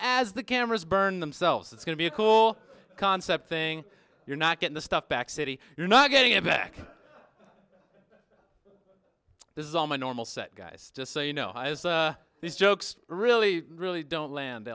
as the cameras burn themselves it's going to be a cool concept thing you're not getting the stuff back city you're not getting it back this is all my normal set guys to say you know these jokes really really don't land